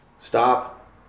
stop